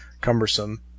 cumbersome